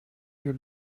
you